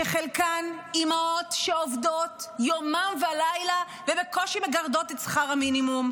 שחלקן אימהות שעובדות יומם ולילה ובקושי מגרדות את שכר המינימום,